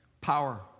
power